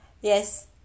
yes